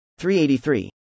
383